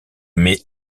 mai